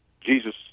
Jesus